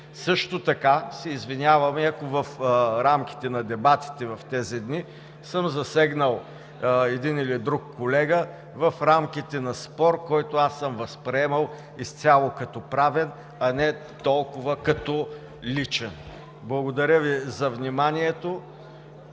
Също така се извинявам и ако в дебатите тези дни съм засегнал един или друг колега в рамките на спор, който аз съм възприемал изцяло като правен, а не толкова като личен. Благодаря Ви за вниманието.